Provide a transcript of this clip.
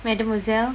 mademoiselle